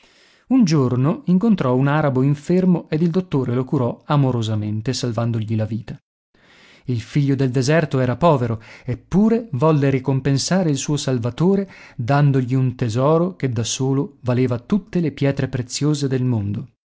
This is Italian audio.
un giorno incontrò un arabo infermo ed il dottore lo curò amorosamente salvandogli la vita il figlio del deserto era povero eppure volle ricompensare il suo salvatore dandogli un tesoro che da solo valeva tutte le pietre preziose del mondo